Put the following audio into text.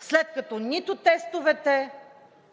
след като нито тестовете,